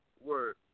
word